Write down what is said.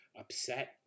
upset